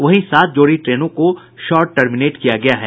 वहीं सात जोड़ी ट्रेनों को शार्ट टर्मिनेटेड किया गया है